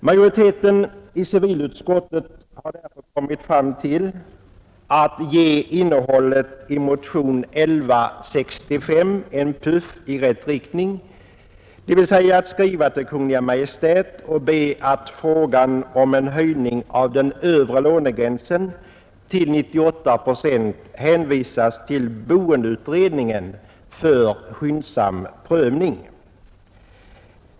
Majoriteten i civilutskottet har därför kommit fram till att ge innehållet i motionen 1165 en puff i rätt riktning, dvs. föreslå en skrivelse till Kungl. Maj:t med anhållan om att frågan om en höjning av den övre lånegränsen till 98 procent hänvisas till boendeutredningen för skyndsam prövning.